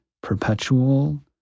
perpetual